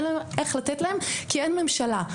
אין לנו איך לתת להם כי אין ממשלה.